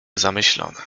zamyślona